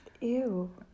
Ew